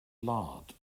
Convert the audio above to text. lard